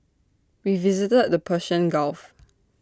we visited the Persian gulf